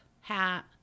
hat